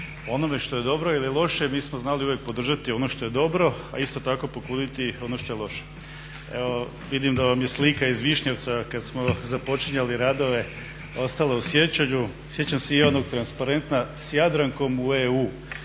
onome što je dobro ili loše mi smo znali uvijek podržati ono što je dobro, a isto tako pokuditi ono što je loše. Evo vidim da vam je slika iz Višnjevca kad smo započinjali radove ostala u sjećanju. Sjećam se i onog transparenta "S Jadrankom u EU".